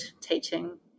teaching